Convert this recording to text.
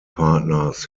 partners